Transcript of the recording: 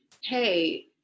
hey